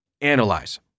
Analyze